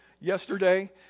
yesterday